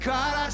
God